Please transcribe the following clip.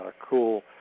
cool